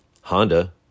Honda